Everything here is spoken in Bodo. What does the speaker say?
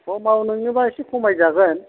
ख'माव नोंनोबा एसे ख'माय जागोन